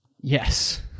Yes